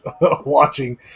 watching